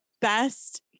best